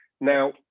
Now